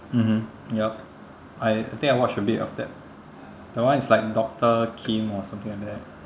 mmhmm yup I I think I watched a bit of that that one is like doctor kim or something like that